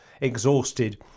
exhausted